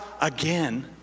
again